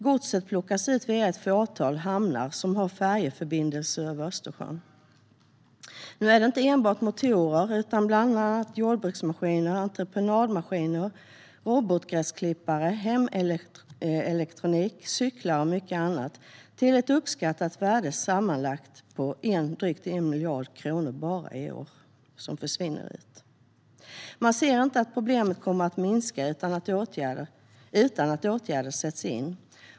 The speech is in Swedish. Godset plockas ut via ett fåtal hamnar som har färjeförbindelser över Östersjön. Det är inte enbart båtmotorer som försvinner ut utan även jordbruksmaskiner, entreprenadmaskiner, robotgräsklippare, hemelektronik, cyklar och mycket annat till ett uppskattat värde på sammanlagt drygt 1 miljard bara i år. Branschen ser inte att problemet kommer att minska utan att åtgärder sätts in.